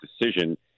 decision